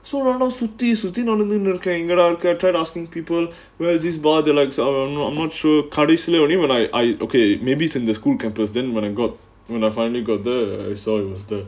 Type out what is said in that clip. so நானும் சுத்தி சுத்தி நடந்துட்டு இருக்கேன் எங்கேடா இருக்கு:naanum suthi suthi nadanthuttu irukkaen enggadaa irukku tried asking people whereas this bar the I'm not sure கடைசில:kadaisila only when I I okay maybe sunday school campus then when I got when I finally got the was the